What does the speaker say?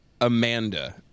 amanda